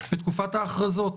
בתקופת ההכרזות.